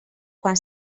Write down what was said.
quan